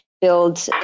build